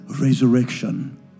Resurrection